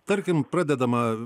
tarkim pradedama